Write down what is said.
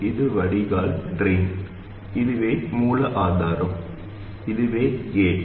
இதுவே வடிகால் இதுவே மூல ஆதாரம் இதுவே கேட்